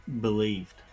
believed